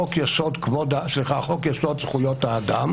חוק יסוד: זכויות האדם